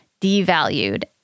devalued